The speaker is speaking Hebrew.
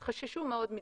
בארץ חששו מאוד מזה.